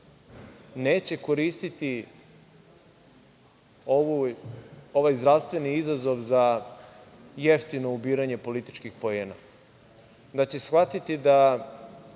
neće koristiti ovaj zdravstveni izazov za jeftino ubiranje političkih poena, da će shvatiti da